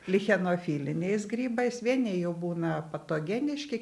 lichenofiliniais grybais vieni jų būna patogeniški